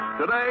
Today